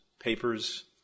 papers